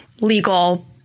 legal